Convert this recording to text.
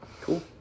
cool